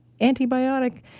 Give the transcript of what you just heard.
antibiotic